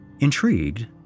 Intrigued